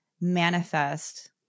manifest